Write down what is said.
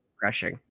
crushing